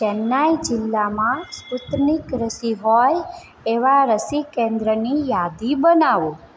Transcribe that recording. ચેન્નાઈ જિલ્લામાં સ્પુતનિક રસી હોય એવાં રસી કેન્દ્રની યાદી બનાવો